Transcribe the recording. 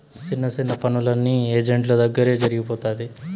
సిన్న సిన్న పనులన్నీ ఏజెంట్ల దగ్గరే జరిగిపోతాయి